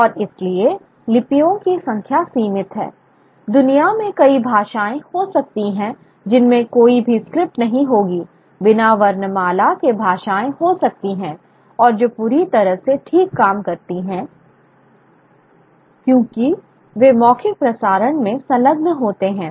और इसलिए लिपियों की संख्या सीमित है दुनिया में कई भाषाएं हो सकती हैं जिनमें कोई भी स्क्रिप्ट नहीं होगी बिना वर्णमाला के भाषाएं हो सकती हैं और जो पूरी तरह से ठीक काम करती हैं क्योंकि वे मौखिक प्रसारण में संलग्न होते हैं